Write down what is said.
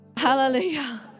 Hallelujah